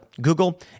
Google